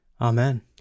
Amen